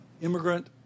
immigrant